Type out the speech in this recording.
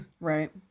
Right